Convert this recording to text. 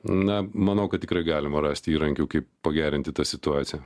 na manau kad tikrai galima rasti įrankių kaip pagerinti tą situaciją